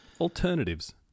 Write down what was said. Alternatives